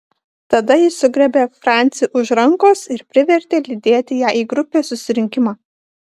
tada ji sugriebė francį už rankos ir privertė lydėti ją į grupės susirinkimą